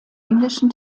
englischen